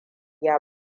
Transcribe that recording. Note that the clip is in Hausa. ya